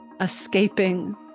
escaping